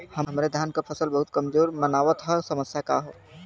हमरे धान क फसल बहुत कमजोर मनावत ह समस्या का ह?